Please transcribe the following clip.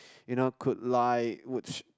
you know could like which